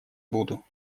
буду